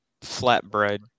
flatbread